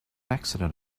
accident